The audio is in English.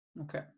Okay